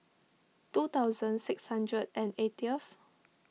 two thousand six hundred and eightieth